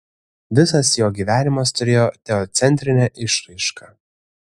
visas jo gyvenimas turėjo teocentrinę išraišką